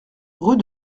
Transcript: rue